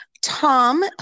Tom